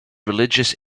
religious